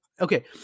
okay